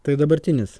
tai dabartinis